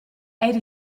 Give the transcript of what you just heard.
eir